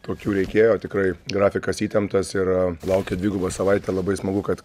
tokių reikėjo tikrai grafikas įtemptas ir laukia dviguba savaitė labai smagu kad